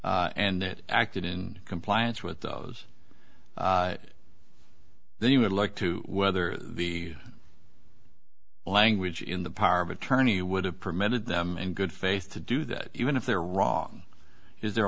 and it acted in compliance with those then you would like to weather the language in the power of attorney would have permitted them in good faith to do that even if they're wrong is their